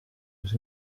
les